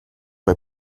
bei